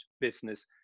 business